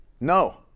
No